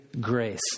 grace